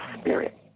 Spirit